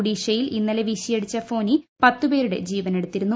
ഒഡീഷയിൽ ഇന്നലെ വീശിയടിച്ച ഫോനി പത്തുപേരുടെ ജീ വനെടുത്തിരുന്നു